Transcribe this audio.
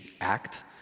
act